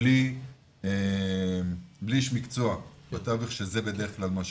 בלי איש מקצוע בתווך, שזה בדרך כלל מה שקורה.